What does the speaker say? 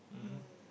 mmhmm